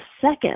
second